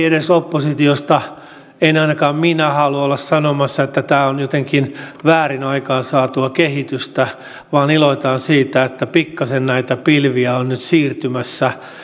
edes oppositiosta en ainakaan minä halua olla sanomassa että tämä on jotenkin väärin aikaansaatua kehitystä vaan iloitaan siitä että pikkasen näitä pilviä on nyt siirtymässä